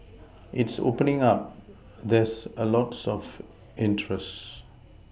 it's opening up there's lots of interest